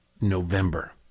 November